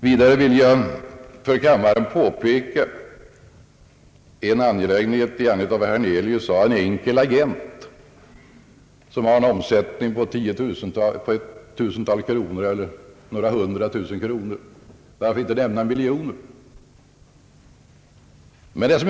Herr Hernelius talade om en »enkel agent», som har en omsättning på några hundra tusen kronor. Varför inte nämna dem som omsätter miljoner?